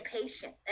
patient